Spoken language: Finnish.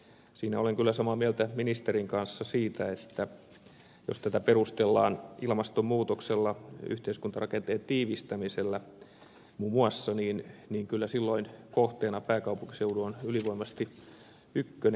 siinä olen kyllä samaa mieltä ministerin kanssa että jos tätä perustellaan muun muassa ilmastonmuutoksella yhteiskuntarakenteen tiivistämisellä niin kyllä silloin kohteena pääkaupunkiseutu on ylivoimaisesti ykkönen